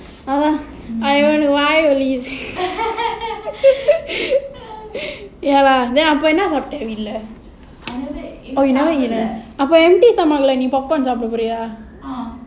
வயிறு வலிக்குது:vayiru valikkuthu ya lah then அப்போ என்ன சாப்டே வீட்ல:appo enna saaptae veetla we left oh you never eat ah அப்போ:appo empty stomach சாப்ட்ருக்கிய:saptrukia